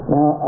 Now